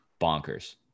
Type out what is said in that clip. bonkers